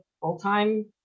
full-time